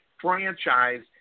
franchise